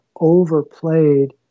overplayed